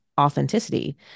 authenticity